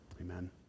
amen